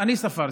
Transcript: אני ספרתי,